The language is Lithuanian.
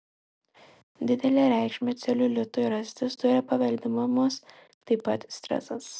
didelę reikšmę celiulitui rastis turi paveldimumas taip pat stresas